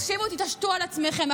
תקשיבו, תתעשתו על עצמכם.